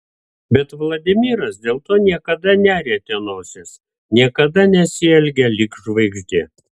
bet vladimiras dėl to niekada nerietė nosies niekada nesielgė lyg žvaigždė